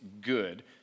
good